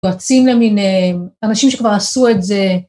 ‫יועצים למיניהם, ‫אנשים שכבר עשו את זה.